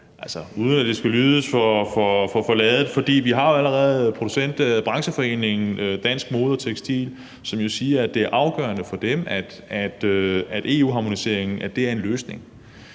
uden at det skal lyde for ladet. Vi har jo allerede brancheforeningen Dansk Mode & Textil, som siger, at det er afgørende for dem, at EU-harmoniseringen er en løsning.